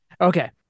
Okay